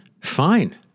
fine